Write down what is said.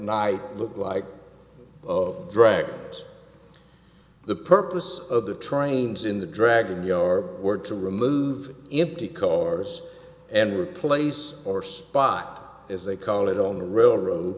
night looked like of dragons the purpose of the trains in the dragon yard were to remove empty cars and replace or spot as they call it on the railroad